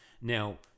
Now